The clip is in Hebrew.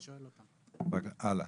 הלאה.